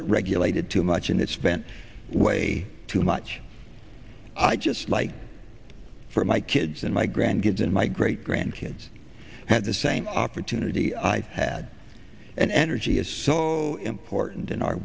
it regulated too much and it spent way too much i just like for my kids and my grandkids and my great grandkids had the same opportunity i had and energy is so important in our